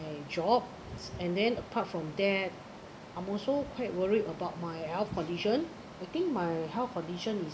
my job and then apart from that I'm also quite worried about my health condition I think my health condition is